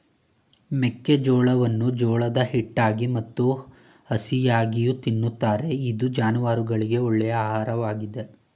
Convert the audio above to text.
ಮೆಕ್ಕೆಜೋಳವನ್ನು ಜೋಳದ ಹಿಟ್ಟಾಗಿ ಮತ್ತು ಹಸಿಯಾಗಿಯೂ ತಿನ್ನುತ್ತಾರೆ ಇದು ಜಾನುವಾರುಗಳಿಗೆ ಒಳ್ಳೆಯ ಆಹಾರವಾಗಿದೆ